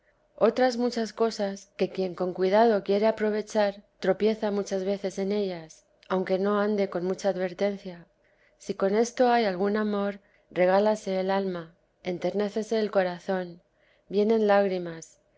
otras muchas cosas que quien con cuidado quiere aprovechar tropieza muchas veces en ellas aunque no ande con mucha advertencia si con esto hay algún amor regálase el alma enternécese el corazón vienen lágrimas